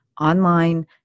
online